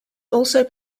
also